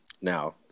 Now